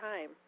time